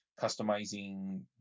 customizing